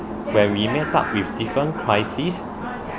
when we met up with different crisis